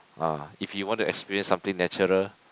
ah if you want to experience something natural